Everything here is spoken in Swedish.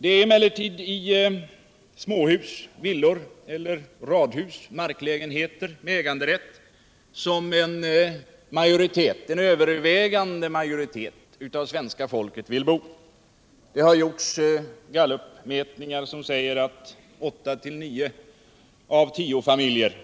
Det är emellertid i småhus, villor, radhus eller marklägenheter med äganderätt som den övervägande majoriteten av svenska folket vill bo. Det har gjorts gallupmätningar som visar att åtta å nio av tio familjer